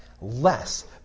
less